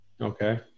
Okay